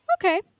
Okay